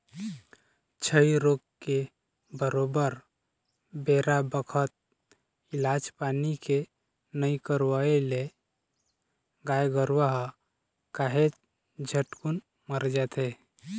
छई रोग के बरोबर बेरा बखत इलाज पानी के नइ करवई ले गाय गरुवा ह काहेच झटकुन मर जाथे